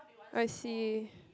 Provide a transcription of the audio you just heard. I see